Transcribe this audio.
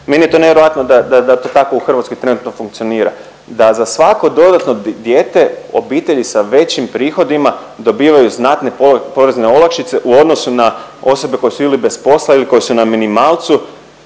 meni je to nevjerojatno da, da, da to tako u Hrvatskoj trenutno funkcionira, da za svako dodatno dijete obitelji sa većim prihodima dobivaju znatne porezne olakšice u odnosu na osobe koje su ili bez posla ili koje su na minimalcu,